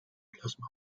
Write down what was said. plasma